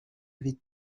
avait